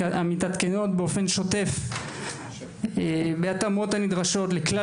המתעדכנות באופן שוטף בהתאמות הנדרשות לכלל